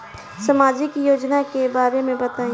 सामाजिक योजना के बारे में बताईं?